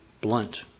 blunt